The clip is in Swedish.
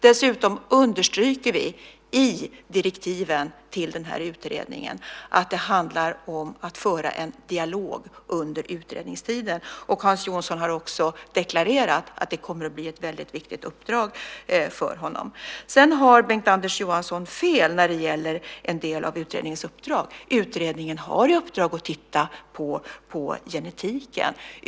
Dessutom understryker vi i direktiven till utredningen att det handlar om att föra en dialog under utredningstiden. Hans Jonsson har också deklarerat att det kommer att bli ett väldigt viktigt uppdrag för honom. Sedan har Bengt-Anders Johansson fel när det gäller en del av utredningens uppdrag. Utredningen har i uppdrag att titta på genetiken.